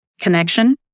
connection